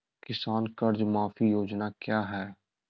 किसान कर्ज माफी योजना क्या है?